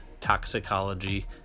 Toxicology